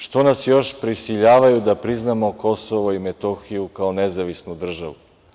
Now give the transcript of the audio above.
Što nas još prisiljavaju da priznamo Kosovo i Metohiju kao nezavisnu državu?